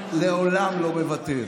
לעולם לעולם לא מוותר.